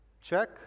Check